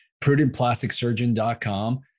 prudentplasticsurgeon.com